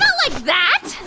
like that!